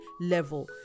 level